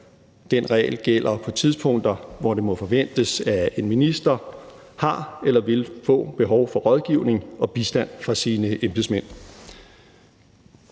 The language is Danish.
Den regel gælder på tidspunkter, hvor det må forventes, at en minister har eller vil få behov for rådgivning og bistand fra sine embedsmænd.